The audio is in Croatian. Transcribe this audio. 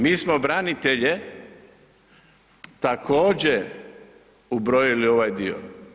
Mi smo branitelje također ubrojili u ovaj dio.